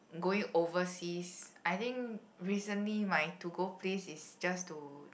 going overseas I think recently my to go place to just to